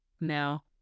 Now